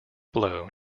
blow